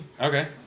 Okay